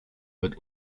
mit